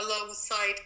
alongside